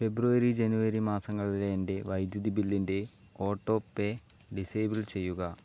ഫെബ്രുവരി ജനുവരി മാസങ്ങളിലെ എൻ്റെ വൈദ്യുതിബില്ലിൻ്റെ ഓട്ടോ പേ ഡിസേബിൾ ചെയ്യുക